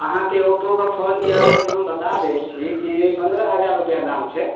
आहाँके ओप्पोके फोनके आहाँके हम बता दै छी कि पन्द्रह हजार रुपआ दाम छै